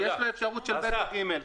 יש לו אפשרות של (ב) או (ג).